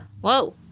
Whoa